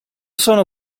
sono